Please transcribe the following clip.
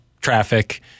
traffic